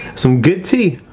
some good tea